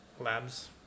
labs